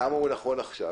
למה הוא נכון עכשיו?